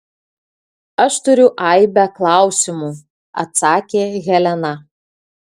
aš turiu aibę klausimų atsakė helena